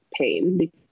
pain